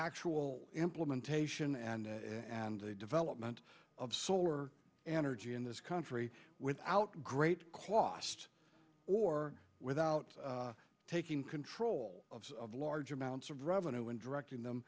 ctual implementation and and the development of solar energy in this country without great cost or without taking control of large amounts of revenue and directing them